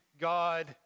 God